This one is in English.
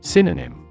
Synonym